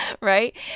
Right